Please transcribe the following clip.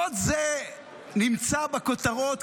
עוד זה נמצא בכותרות,